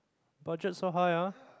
budget so high ah